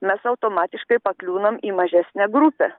mes automatiškai pakliūnam į mažesnę grupę